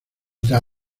está